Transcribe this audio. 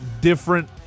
different